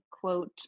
quote